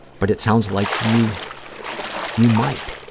but it sounds like you you might.